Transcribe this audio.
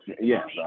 Yes